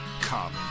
Come